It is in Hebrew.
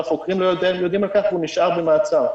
החוקרים לא יודעים על כך והוא נשאר במעצר.